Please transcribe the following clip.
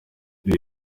dore